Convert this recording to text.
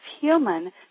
human